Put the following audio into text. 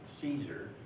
Caesar